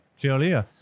Clearly